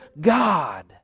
God